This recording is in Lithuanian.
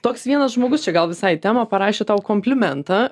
toks vienas žmogus čia gal visai į temą parašė tau komplimentą